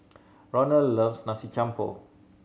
Ronald loves Nasi Campur